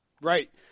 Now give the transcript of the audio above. Right